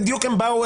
שבדיוק הם באו,